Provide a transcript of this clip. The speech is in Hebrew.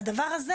יושב ראש הוועדה,